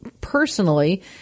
personally